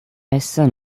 essa